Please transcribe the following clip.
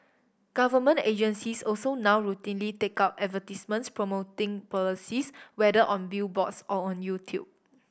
government agencies also now routinely take out advertisements promoting policies whether on billboards or on YouTube